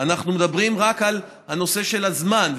אנחנו מדברים רק על הנושא של הזמן,